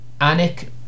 Anik